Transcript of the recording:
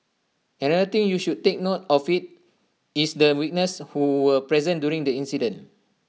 another thing you should take note of is the witnesses who were present during the incident